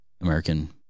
American